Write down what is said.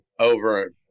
over